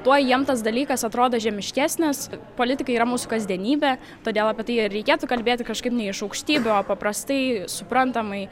tuo jiem tas dalykas atrodo žemiškesnis politika yra mūsų kasdienybė todėl apie tai ir reikėtų kalbėti kažkaip ne iš aukštybių o paprastai suprantamai